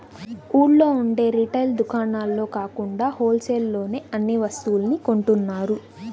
ఊళ్ళో ఉండే రిటైల్ దుకాణాల్లో కాకుండా హోల్ సేల్ లోనే అన్ని వస్తువుల్ని కొంటున్నారు